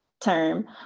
term